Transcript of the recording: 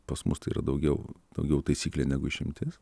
pas mus tai yra daugiau daugiau taisyklė negu išimtis